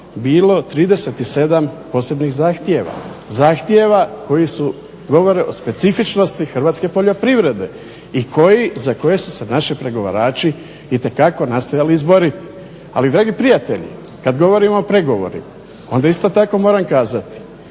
bilo 37 posebnih zahtjeva, zahtjeva koji govore o specifičnosti hrvatske poljoprivrede i za koje su se naši pregovarači itekako nastojali izboriti. Ali dragi prijatelji kada govorimo o pregovorima onda isto tako moram kazati